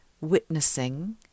witnessing